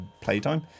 playtime